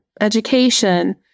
education